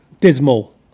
dismal